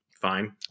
fine